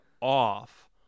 off